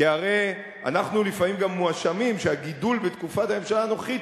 כי הרי אנחנו לפעמים גם מואשמים שהגידול בתקופת הממשלה הנוכחית